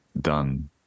done